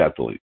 athlete